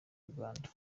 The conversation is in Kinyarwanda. uganda